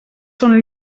són